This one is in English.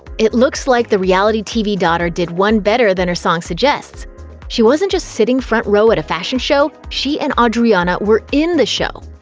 it looks like the reality tv daughter did one better than her song suggests she wasn't just sitting front row at a fashion show, she and audriana were in the show.